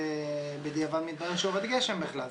בדיעבד מתברר שיורד גשם בכלל,